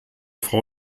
frau